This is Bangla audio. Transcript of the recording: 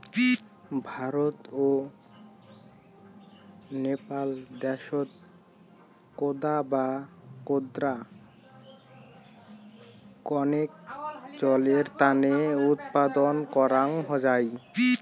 ভারত ও নেপাল দ্যাশত কোদা বা কোদরা কণেক জলের তানে উৎপাদন করাং যাই